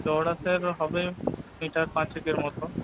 চওড়া স্যার হবে মিটার পাঁচেকের মতো